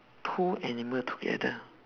two animal together